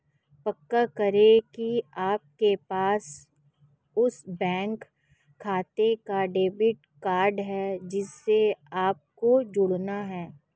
पक्का करें की आपके पास उस बैंक खाते का डेबिट कार्ड है जिसे आपको जोड़ना है